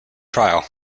trial